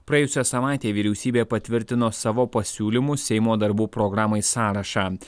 praėjusią savaitę vyriausybė patvirtino savo pasiūlymus seimo darbų programai sąrašą